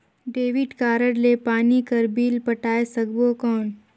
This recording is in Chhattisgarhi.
डेबिट कारड ले पानी कर बिल पटाय सकबो कौन?